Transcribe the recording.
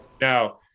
now